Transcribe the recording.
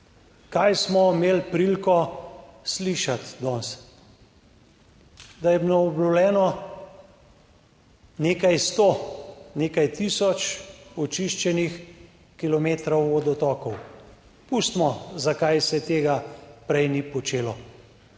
Kaj smo imeli priliko slišati danes? Da je bilo obnovljeno nekaj sto, nekaj tisoč očiščenih kilometrov vodotokov, pustimo, zakaj se tega prej ni počelo.